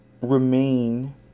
remain